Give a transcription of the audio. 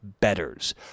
betters